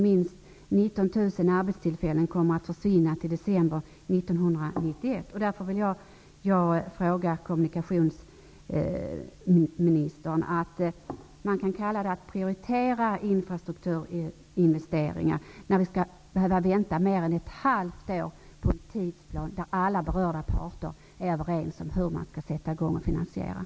Minst 19 000 arbetstillfällen kommer att försvinna till december Kan man kalla det att prioritera infrastrukturinvesteringar, när vi skall behöva vänta mer än ett halvt år på en tidsplan, trots att alla berörda parter är överens om hur man skall finansiera och sätta i gång?